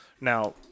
Now